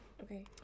Okay